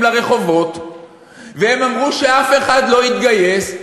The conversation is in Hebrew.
לרחובות והם אמרו שאף אחד לא יתגייס,